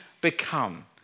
become